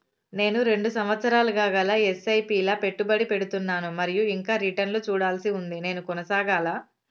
నేను రెండు సంవత్సరాలుగా ల ఎస్.ఐ.పి లా పెట్టుబడి పెడుతున్నాను మరియు ఇంకా రిటర్న్ లు చూడాల్సి ఉంది నేను కొనసాగాలా?